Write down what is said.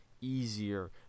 easier